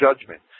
judgment